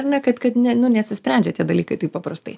ar ne kad kad ne nu nesisprendžia tie dalykai taip paprastai